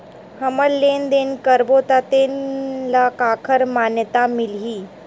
हमन लेन देन करबो त तेन ल काखर मान्यता मिलही?